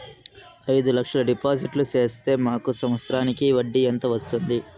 అయిదు లక్షలు డిపాజిట్లు సేస్తే మాకు సంవత్సరానికి వడ్డీ ఎంత వస్తుంది?